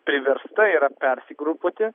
priversta yra persigrupuoti